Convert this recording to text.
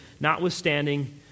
notwithstanding